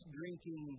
drinking